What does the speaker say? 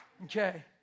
Okay